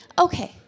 okay